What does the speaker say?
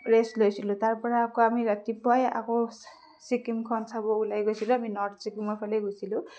rest লৈছিলোঁ তাৰপৰা আকৌ আমি ৰাতিপুৱাই আকৌ ছিক্কিমখন চাব ওলাই গৈছিলোঁ আমি নৰ্থ ছিক্কিমৰ ফালেই গৈছিলোঁ